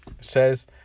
says